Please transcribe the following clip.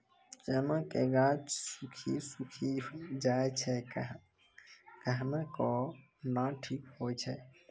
चना के गाछ सुखी सुखी जाए छै कहना को ना ठीक हो छै?